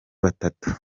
batatu